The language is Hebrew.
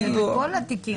זה בכל התיקים.